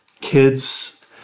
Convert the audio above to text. kids